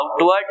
outward